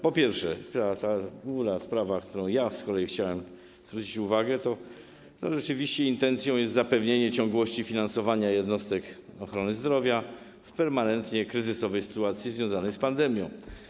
Po pierwsze, główna sprawa, na którą ja z kolei chciałbym zwrócić uwagę, dotyczy tego, że rzeczywiście intencją jest zapewnienie ciągłości finansowania jednostek ochrony zdrowia w permanentnie kryzysowej sytuacji związanej z pandemią.